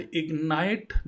ignite